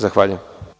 Zahvaljujem.